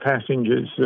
passengers